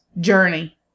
journey